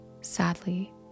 sadly